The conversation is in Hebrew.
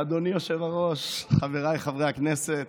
אדוני היושב-ראש, חבריי חברי הכנסת,